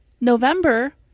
November